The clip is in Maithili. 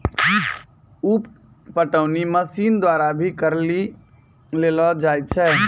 उप पटौनी मशीन द्वारा भी करी लेलो जाय छै